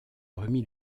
remit